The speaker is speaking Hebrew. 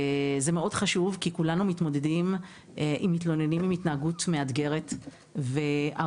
זה מאוד חשוב כי כולנו מתמודדים עם מתלוננים עם התנהגות מאתגרת והעובדות